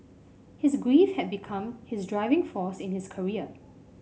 his grief had become his driving force in his career